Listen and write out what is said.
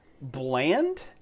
bland